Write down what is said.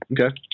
Okay